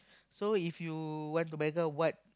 so if you want to buy a car what